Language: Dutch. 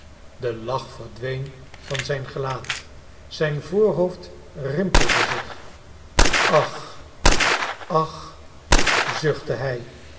de lach verdween van zijn gelaat zijn voorhoofd rimpelde zich ach ach zuchtte hij